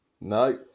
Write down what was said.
No